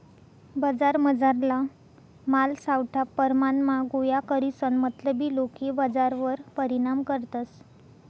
बजारमझारला माल सावठा परमाणमा गोया करीसन मतलबी लोके बजारवर परिणाम करतस